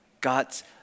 God's